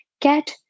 get